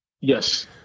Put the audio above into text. Yes